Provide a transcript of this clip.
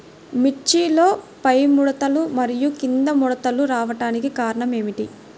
మిర్చిలో పైముడతలు మరియు క్రింది ముడతలు రావడానికి కారణం ఏమిటి?